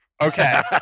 Okay